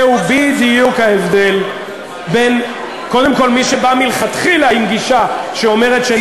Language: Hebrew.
זהו בדיוק ההבדל בין מי שבא מלכתחילה עם גישה שאומרת,